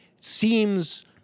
seems